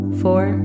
four